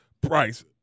price